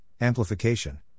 amplification